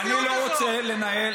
אני לא רוצה לנהל,